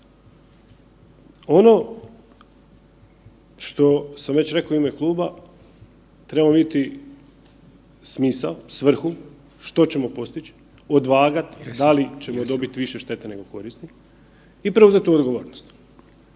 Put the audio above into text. Ono što sam već rekao u ime kluba trebamo vidjeti smisao, svrhu što ćemo postići, odvagati da li ćemo dobiti više štete nego koristi i preuzeti tu odgovornost.